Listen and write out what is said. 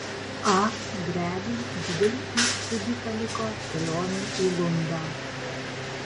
a greviui didelį įspūdį paliko kelionė į lundą